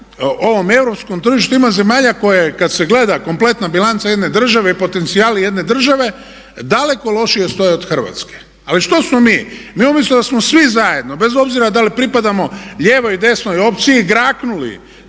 ovo europskom tržištu ima zemalja koje kad se gleda kompletna bilanca jedne države i potencijali jedne države daleko lošije stoji od Hrvatske. Ali što smo mi? Mi umjesto da smo svi zajedno bez obzira da li pripadamo lijevoj ili desnoj opciji graknuli